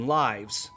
lives